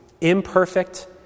imperfect